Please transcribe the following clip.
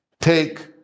Take